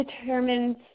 determines